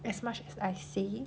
as much as I say